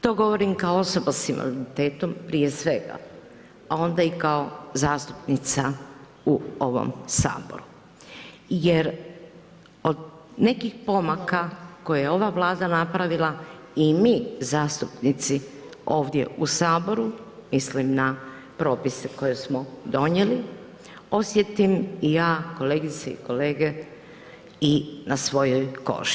To govorim kao osoba s invaliditetom prije svega, a onda i kao zastupnica u ovom Saboru. jer od nekih pomaka koje je ova Vlada napravila i mi zastupnici ovdje u Saboru, mislim na propise koje smo donijeli, osjetim i ja kolegice i kolege i na svojoj koži.